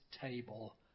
table